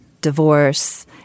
divorce